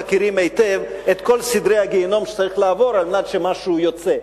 מכירים היטב את כל סדרי הגיהינום שצריך לעבור כדי שמשהו יצא,